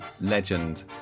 legend